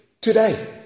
today